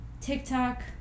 TikTok